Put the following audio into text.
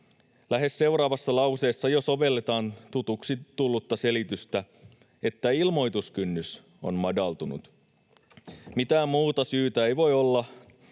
Lähes seuraavassa lauseessa jo sovelletaan tutuksi tullutta selitystä, että ilmoituskynnys on madaltunut. Mitään muuta syytä ei voi olla,